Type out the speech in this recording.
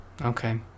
okay